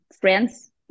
friends